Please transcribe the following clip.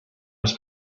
was